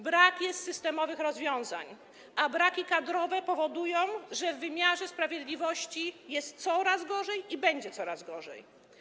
Brak jest systemowych rozwiązań, a braki kadrowe powodują, że w wymiarze sprawiedliwości jest coraz gorzej i będzie coraz gorzej.